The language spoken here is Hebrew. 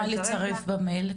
מה צריך לצרף במייל?